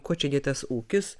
kuo čia dėtas ūkis